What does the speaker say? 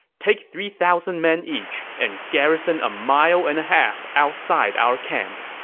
take three thousand men each and garrison a mile and a half outside our camp.